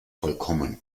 vollkommen